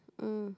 mm